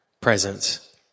presence